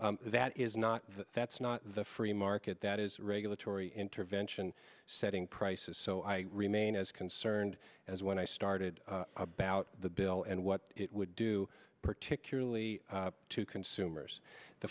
that is not that's not the free market that is regulatory intervention setting prices so i remain as concern turned as when i started about the bill and what it would do particularly to consumers the